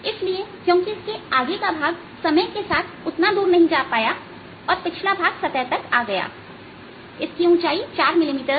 इसलिए क्योंकि इसके आगे का भाग समय के साथ उतना दूर नहीं जा पायापिछला भाग सतह तक आ गया और इसकी ऊंचाई 4 मिलीमीटर्स है